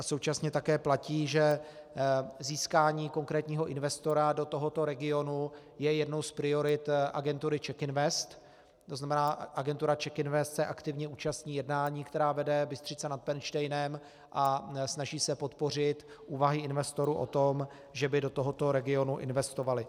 Současně také platí, že získání konkrétního investora do tohoto regionu je jednou z priorit agentury CzechInvest, to znamená, agentura CzechInvest se aktivně účastní jednání, která vede Bystřice nad Pernštejnem, a snaží se podpořit úvahy investorů o tom, že by do tohoto regionu investovali.